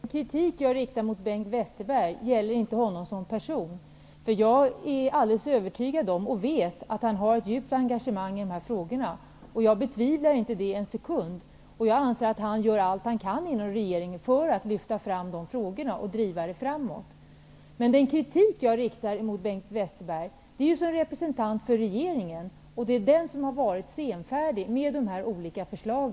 Herr talman! Den kritik som jag riktar mot Bengt Westerberg gäller inte honom som person. Jag är alldeles övertygad om och vet att han har ett djupt engagemang i dessa frågor. Jag betvivlar inte det en sekund. Jag anser att han gör allt han kan inom regeringen för att lyfta fram dessa frågor och driva dem framåt. Men den kritik som jag riktar mot Bengt Westerberg är mot honom som representant för regeringen, och det är den som har varit senfärdig med dessa olika förslag.